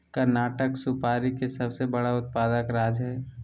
कर्नाटक सुपारी के सबसे बड़ा उत्पादक राज्य हय